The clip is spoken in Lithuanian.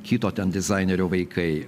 kito dizainerio vaikai